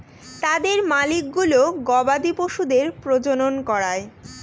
তাদের মালিকগুলো গবাদি পশুদের প্রজনন করায়